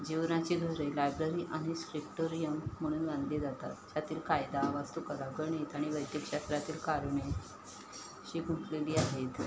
जीवनाची खरी लायब्ररी आनि स्क्रिप्टोरियम म्हणून आणली जातात त्यातील कायदा वस्तू कला गणित आणि वैद्यक क्षेत्रातील कारणे शिकूटलेली आहेत